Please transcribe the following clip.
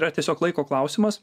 yra tiesiog laiko klausimas